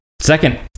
Second